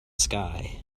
sky